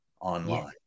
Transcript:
online